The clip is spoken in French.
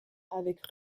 avec